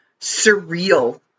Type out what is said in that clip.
surreal